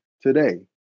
today